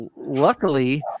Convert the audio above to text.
Luckily